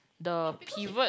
the pivot